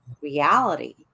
reality